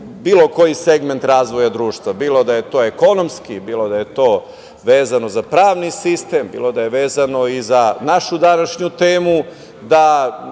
bilo koji segment razvoja društva, bilo da je to ekonomski, bilo da je to vezano za pravni sistem, bilo da je vezano za našu današnju temu, da